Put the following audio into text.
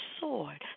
sword